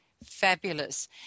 Fabulous